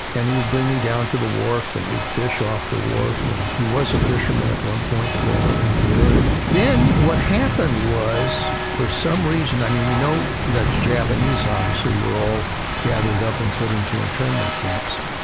and he would bring me down to the wharf and we'd fish off the wharf and he was a fisherman at one point in the area. then, what happened was, for some reason, i mean, we know that japanese obviously we're all gathered up and put into internment camps.